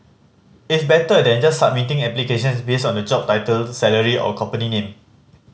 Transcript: it's better than just submitting applications based on the job title salary or company name